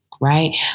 right